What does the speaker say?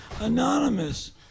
Anonymous